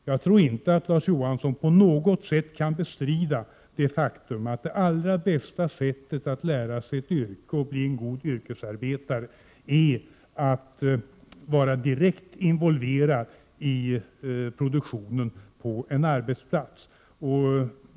Jag tror inte att Larz Johansson på något sätt skulle bestrida det faktum att det allra bästa sättet att lära sig ett yrke och bli en god yrkesarbetare är att vara direkt involverad i produktionen på en arbetsplats.